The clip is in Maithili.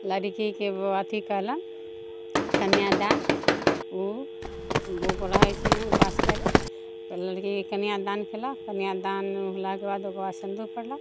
लड़कीके अथी कहलनि कन्यादान उ रहै छै उपास कैले तऽ लड़कीके कन्यादान केलक कन्यादान होलाके बाद ओकर बाद सिन्दूर पड़लक